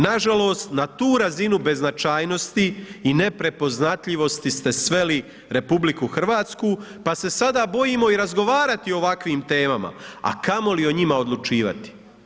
Nažalost, na tu razinu beznačajnosti i neprepoznatljivosti ste sveli RH, pa se sada bojimo i razgovarati o ovakvim temama, a kamo li o njima odlučivati.